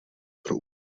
pro